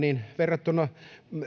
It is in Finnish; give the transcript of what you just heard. verrattuna